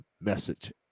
message